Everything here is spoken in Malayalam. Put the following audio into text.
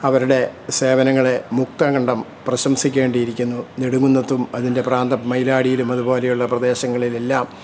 അവരുടെ സേവനങ്ങളെ മുക്തഘണ്ഡം പ്രശംസിക്കേണ്ടിയിരിക്കുന്നു നെടുംകുന്നത്തും അതിൻ്റെ പ്രാന്ത മൈലാടിയിലും അതുപോലെയുള്ള പ്രദേശങ്ങളിലെല്ലാം